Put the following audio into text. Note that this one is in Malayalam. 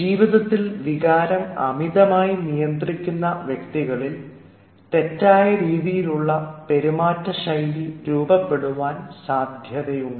ജീവിതത്തിൽ വികാരം അമിതമായി നിയന്ത്രിക്കുന്ന വ്യക്തികളിൽ തെറ്റായ രീതിയിലുള്ള പെരുമാറ്റ ശൈലി രൂപപ്പെടുവാൻ സാധ്യതയുണ്ട്